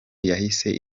yahise